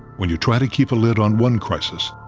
when you try to keep a lid on one crisis,